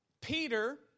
Peter